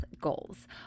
goals